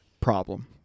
problem